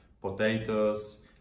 potatoes